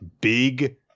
big